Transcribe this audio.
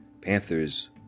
Panthers